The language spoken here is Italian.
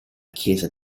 chiesa